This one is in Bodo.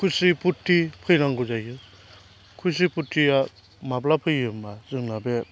खुसि फुरथि फैनांगौ जायो खुसि फुरथिया माब्ला फैयो होमब्ला जोंना बे